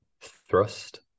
thrust